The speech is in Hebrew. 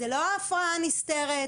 זו לא הפרעה נסתרת,